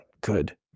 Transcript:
Good